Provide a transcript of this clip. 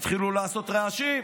התחילו לעשות רעשים.